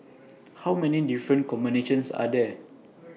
how many different combinations are there